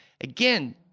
again